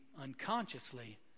unconsciously